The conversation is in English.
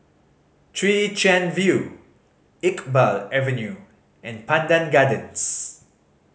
Chwee Chian View Iqbal Avenue and Pandan Gardens